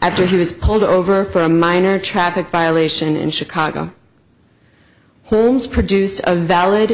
after he was pulled over for a minor traffic violation in chicago holmes produced a valid